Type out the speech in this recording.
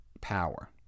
power